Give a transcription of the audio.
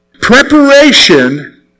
Preparation